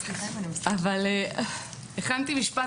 אבל הכנתי משפט,